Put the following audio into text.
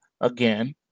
again